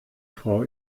frau